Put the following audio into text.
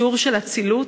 שיעור של אצילות,